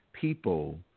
people